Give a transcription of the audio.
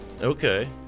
Okay